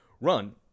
run